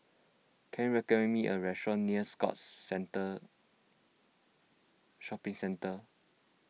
can you recommend me a restaurant near Scotts Centre Shopping Centre